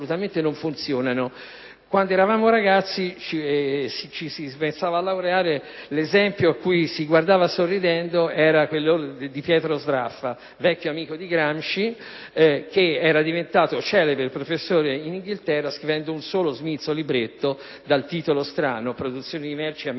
Quando eravamo ragazzi e pensavamo a laurearci l'esempio cui si guardava sorridendo era quello di Piero Sraffa, vecchio amico di Gramsci, che era diventato celebre professore in Inghilterra scrivendo uno solo smilzo libretto, dal titolo strano: «Produzione di merci a mezzo di